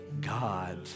God